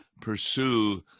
pursue